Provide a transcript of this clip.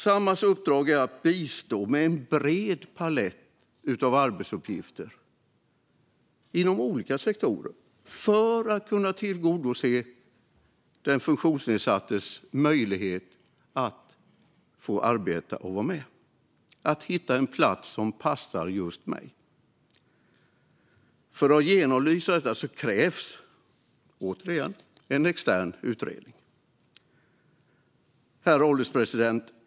Samhalls uppdrag är att bistå med en bred palett av arbetsuppgifter inom olika sektorer för att ge funktionsnedsatta möjlighet att arbeta och vara med, att hitta en plats som passar just dem. För att genomlysa detta krävs en extern utredning. Herr ålderspresident!